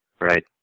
Right